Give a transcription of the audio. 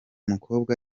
mukobwa